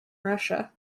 russia